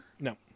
No